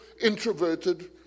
introverted